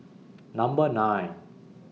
Number nine